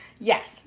yes